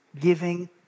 giving